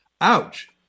ouch